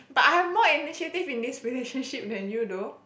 but I have more initiative in this relationship than you though